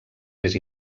més